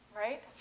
right